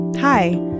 Hi